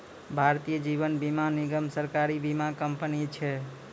भारतीय जीवन बीमा निगम, सरकारी बीमा कंपनी छै